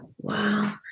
wow